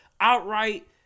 outright